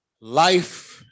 life